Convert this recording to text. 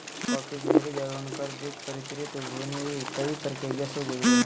coffee berries और उनकर बीज परिचित भुनी हुई कई प्रक्रिया से गुजरो हइ